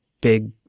big